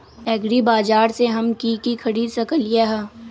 एग्रीबाजार से हम की की खरीद सकलियै ह?